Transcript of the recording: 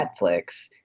netflix